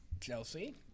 Chelsea